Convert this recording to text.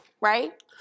right